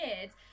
kids